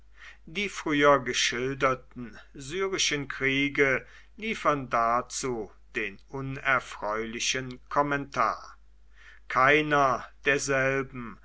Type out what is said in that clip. die früher geschilderten syrischen kriege liefern dazu den unerfreulichen kommentar keiner derselben